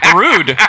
rude